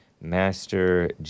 Master